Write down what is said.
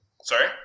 Sorry